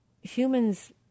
humans